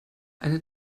eine